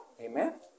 Amen